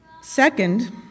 Second